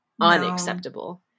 unacceptable